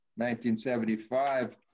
1975